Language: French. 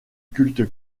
culte